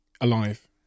alive